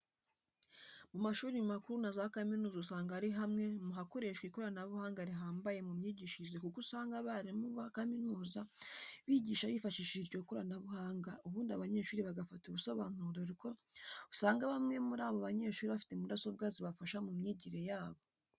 Mu mashuri makuru na za kaminuza usanga ari hamwe mu hakoreshwa ikoranabuhanga rihambaye mu myigishirize kuko usanga abarimu ba kaminuza bigisha bifashishije iryo koranabuhanga ubundi abanyeshuri bagafata ubusobanuro dore ko usanga bamwe muri abo banyeshuri bafite mudasobwa zibafasha mu myigire yabo.